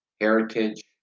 heritage